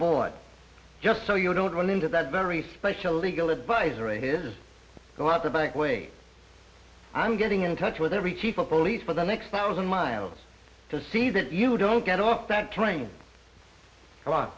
board just so you don't run into that very special legal advisor a his go out the back way i'm getting in touch with every chief of police for the next thousand miles to see that you don't get off that train